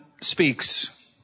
speaks